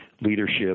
leadership